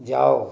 जाओ